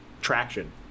traction